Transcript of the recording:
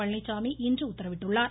பழனிச்சாமி இன்று உத்தரவிட்டுள்ளார்